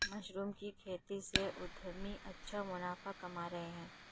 mushroom की खेती से उद्यमी अच्छा मुनाफा कमा रहे हैं